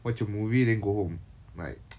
watch a movie then go home like